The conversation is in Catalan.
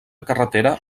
carretera